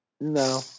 No